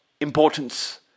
importance